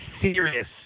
serious